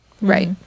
Right